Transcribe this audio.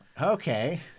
Okay